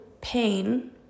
pain